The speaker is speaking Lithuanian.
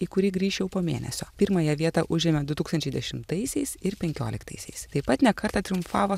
į kurį grįš jau po mėnesio pirmąją vietą užėmė du tūkstančiai dešimtaisiais ir penkioliktaisiais taip pat ne kartą triumfavo